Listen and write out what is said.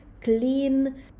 clean